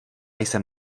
jsem